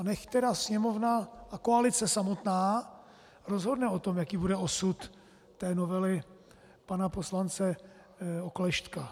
Nechť tedy Sněmovna a koalice samotná rozhodne o tom, jaký bude osud té novely pana poslance Oklešťka.